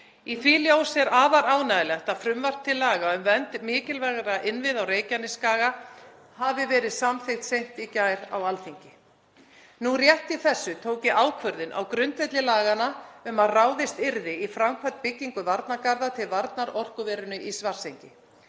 Í því ljósi er afar ánægjulegt að frumvarp til laga um vernd mikilvægra innviða á Reykjanesskaga hafi verið samþykkt seint í gær á Alþingi. Nú rétt í þessu tók ég ákvörðun á grundvelli laganna um að ráðist yrði í framkvæmd byggingar varnargarða til varnar orkuverinu í Svartsengi.